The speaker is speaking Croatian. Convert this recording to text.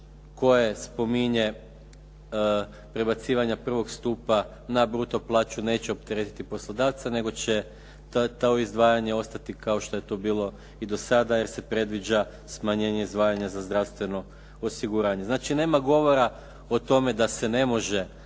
koje spominje prebacivanja prvog stupa na bruto plaću neće opteretiti poslodavca, nego će ta izdvajanja ostati kao što je to bilo i do sada jer se predviđa smanjenje izdvajanja za zdravstveno osiguranje. Znači nema govora da se ne može